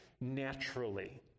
naturally